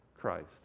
Christ